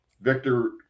Victor